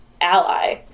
ally